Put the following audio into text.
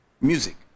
music